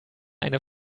eine